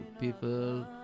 people